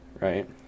right